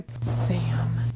sam